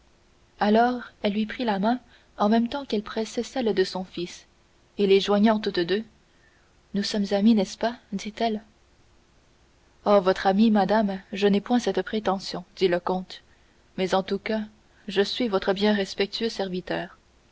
alors elle lui prit la main en même temps qu'elle pressait celle de son fils et les joignant toutes deux nous sommes amis n'est-ce pas dit-elle oh votre ami madame je n'ai point cette prétention dit le comte mais en tout cas je suis votre bien respectueux serviteur